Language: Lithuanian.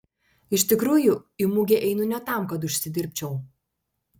iš tikrųjų į mugę einu ne tam kad užsidirbčiau